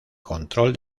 control